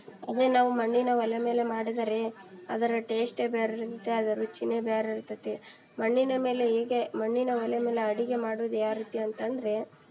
ಅದೇ ನಾವು ಮಣ್ಣಿನ ಒಲೆ ಮೇಲೆ ಮಾಡಿದರೆ ಅದರ ಟೇಸ್ಟೆ ಬೇರೆ ಇರುತ್ತೆ ಅದರ ರುಚಿನೆ ಬೇರೆ ಇರ್ತದೆ ಮಣ್ಣಿನ ಮೇಲೆ ಹೀಗೆ ಮಣ್ಣಿನ ಒಲೆ ಮೇಲೆ ಅಡಿಗೆ ಮಾಡೋದ್ ಯಾವ ರೀತಿ ಅಂತಂದ್ರೆ